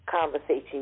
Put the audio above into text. conversation